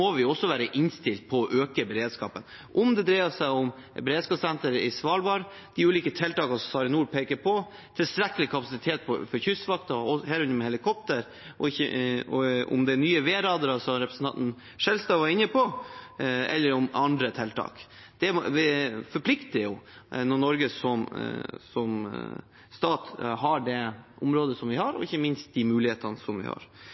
må på plass – må vi også være innstilt på å øke beredskapen, om det dreier seg om beredskapssenter på Svalbard, de ulike tiltakene som SARiNOR peker på, tilstrekkelig kapasitet for Kystvakten, herunder helikopter, og den nye værradaren som representanten Skjelstad var inne på, eller andre tiltak. Det forplikter når Norge som stat har det området som vi har, og ikke minst de mulighetene som vi har.